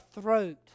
throat